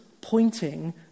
pointing